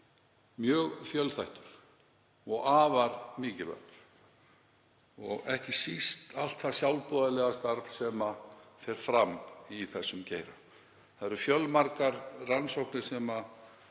mjög fjölþættur og afar mikilvægur og ekki síst allt það sjálfboðaliðastarf sem fer fram í þeim geira. Það eru fjölmargar rannsóknir sem